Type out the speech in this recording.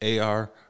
AR